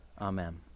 Amen